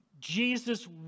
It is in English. Jesus